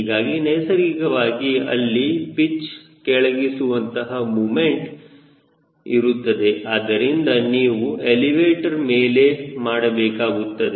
ಹೀಗಾಗಿ ನೈಸರ್ಗಿಕವಾಗಿ ಅಲ್ಲಿ ಪಿಚ್ ಕೆಳಗೆಸುವಂತಹ ಮೊಮೆಂಟ್ ಇರುತ್ತದೆ ಆದ್ದರಿಂದ ನೀವು ಎಲಿವೇಟರ್ ಮೇಲೆ ಮಾಡಬೇಕಾಗುತ್ತದೆ